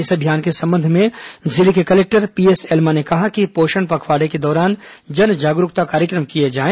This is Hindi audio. इस अभियान के संबंध में जिले के कलेक्टर पीएस एल्मा ने कहा कि पोषण पखवाड़े के दौरान जन जागरूकता कार्यक्रम किए जाए